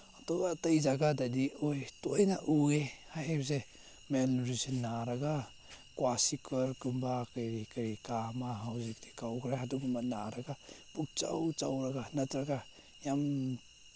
ꯑꯗꯨ ꯑꯇꯩ ꯖꯒꯥꯗꯗꯤ ꯃꯣꯏ ꯇꯣꯏꯅ ꯎꯏꯌꯦ ꯍꯥꯏꯕꯁꯦ ꯃꯦꯜꯅꯨꯇ꯭ꯔꯤꯁꯟ ꯅꯥꯔꯒ ꯀ꯭ꯋꯥꯁꯤꯀꯔꯒꯨꯝꯕ ꯀꯔꯤ ꯀꯔꯤ ꯀꯥ ꯑꯃ ꯍꯧꯖꯤꯛꯇꯤꯀꯣ ꯎꯈ꯭ꯔꯦ ꯑꯗꯨꯒꯨꯝꯕ ꯅꯥꯔꯒ ꯄꯨꯛꯆꯧ ꯆꯧꯔꯒ ꯅꯠꯇ꯭ꯔꯒ ꯌꯥꯝ